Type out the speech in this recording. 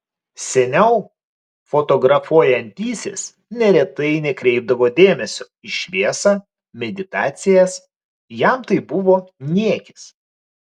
seniau fotografuojantysis neretai nekreipdavo dėmesio į šviesą meditacijas jam tai buvo niekis